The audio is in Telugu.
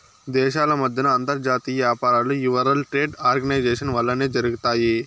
దేశాల మద్దెన అంతర్జాతీయ యాపారాలు ఈ వరల్డ్ ట్రేడ్ ఆర్గనైజేషన్ వల్లనే జరగతాయి